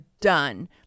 done